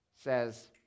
says